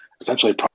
essentially